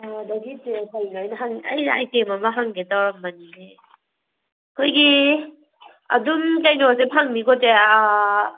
ꯑꯩ ꯑꯥꯏꯇꯦꯝ ꯑꯃ ꯍꯪꯒꯦ ꯇꯧꯔꯝꯕꯅꯤꯅꯦ ꯑꯩꯈꯣꯏꯒꯤ ꯑꯗꯨꯝ ꯀꯩꯅꯣꯗꯤ ꯐꯪꯅꯤꯀꯣ ꯏꯆꯦ